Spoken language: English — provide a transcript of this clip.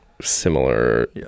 similar